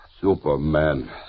Superman